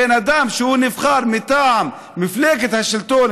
בן אדם שנבחר מטעם מפלגת השלטון,